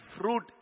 fruit